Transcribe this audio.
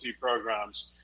programs